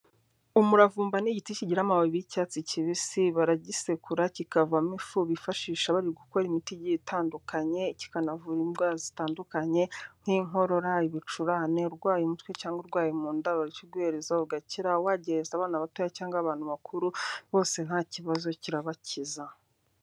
Umuravumba ni igiti kigira amababi y'icyatsi kibisi baragisekura kikavamo ifu bifashisha bari gukora imiti igiye itandukanye kikanavura indwara zitandukanye nk'inkorora, ibicurane, urwaye umutwe cyangwa urwaye mu nda barakiguhereza ugakira wagihereza abana batoya cyangwa abantu bakuru bose nta kibazo kirabakiza.